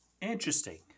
Interesting